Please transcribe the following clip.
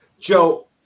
Joe